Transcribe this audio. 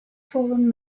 fallen